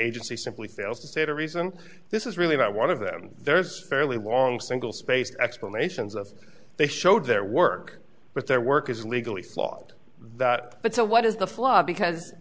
agency simply fails to say the reason this is really not one of them there's a fairly long single spaced explanations of they showed their work but their work is legally flawed that but so what is the flaw because